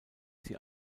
sie